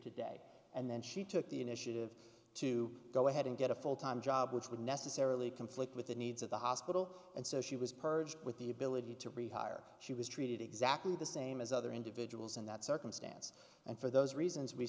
today and then she took the initiative to go ahead and get a full time job which would necessarily conflict with the needs of the hospital and so she was purged with the ability to rehire she was treated exactly the same as other individuals in that circumstance and for those reasons we